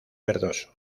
verdoso